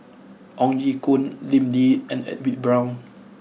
Ong Ye Kung Lim Lee and Edwin Brown